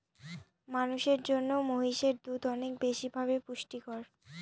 মানুষের জন্য মহিষের দুধ অনেক বেশি ভাবে পুষ্টিকর